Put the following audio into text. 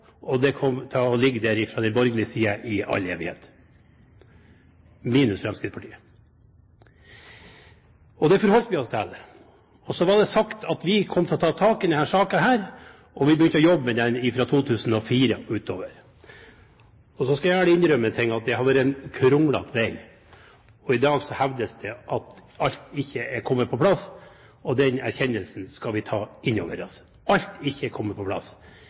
at vi kommer til å ta tak i denne saken, og vi begynte å jobbe med den fra 2004 og utover. Jeg skal ærlig innrømme en ting: Det har vært en kronglet vei. I dag hevdes det at alt ikke er kommet på plass og den erkjennelsen skal vi ta inn over oss: Alt er ikke kommet på plass.